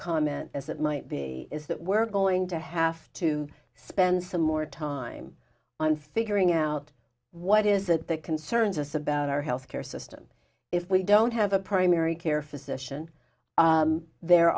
comment as it might be is that we're going to have to spend some more time on figuring out what is it that concerns us about our health care system if we don't have a primary care physician there